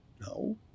No